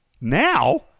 Now